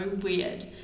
weird